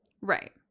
Right